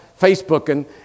Facebooking